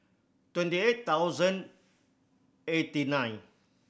twenty eight thousand eighty nine